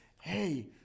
hey